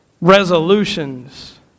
resolutions